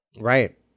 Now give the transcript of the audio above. Right